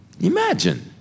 Imagine